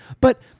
But-